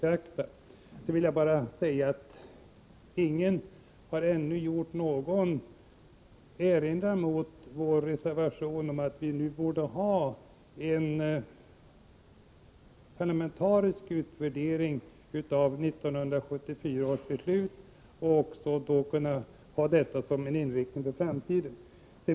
Sedan vill jag bara säga: Ingen har ännu kommit med någon erinran mot vår reservation om att vi borde ha en parlamentarisk utvärdering av 1974 års beslut och kunna ha det som en inriktning för framtiden.